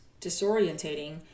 disorientating